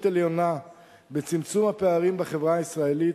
עליונה בצמצום הפערים בחברה הישראלית,